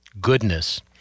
goodness